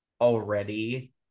already